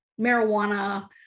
marijuana